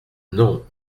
non